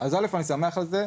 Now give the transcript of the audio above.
אז קודם כל אני שמח על זה.